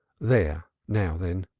there! now, then!